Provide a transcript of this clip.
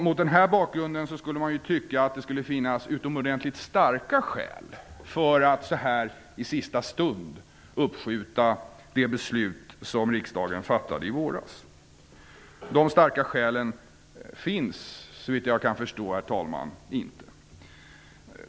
Mot den här bakgrunden tycker man att det skulle finnas utomordentligt starka skäl för att så här i sista stund uppskjuta det beslut som riksdagen fattade i våras. De starka skälen finns såvitt jag kan förstå, herr talman, inte.